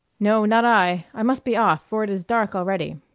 no, not i i must be off, for it is dark already.